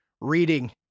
reading